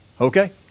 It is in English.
Okay